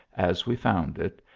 as we found it,